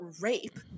rape